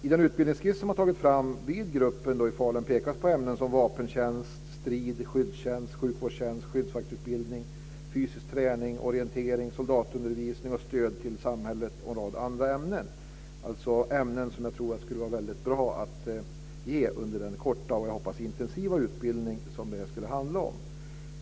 I den utbildningsskiss som har tagits fram av gruppen i Falun pekas på ämnen som vapentjänst, strid, skyddstjänst, sjukvårdstjänst, skyddsvaktsutbildning, fysisk träning, orientering, soldatundervisning och stöd till samhället. Det är ämnen som jag tror att det skulle vara bra att ge undervisning om under den korta och, hoppas jag, intensiva utbildning som det skulle handla om.